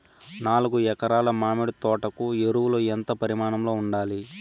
నాలుగు ఎకరా ల మామిడి తోట కు ఎరువులు ఎంత పరిమాణం లో ఉండాలి?